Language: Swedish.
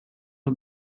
att